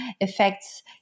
affects